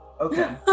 Okay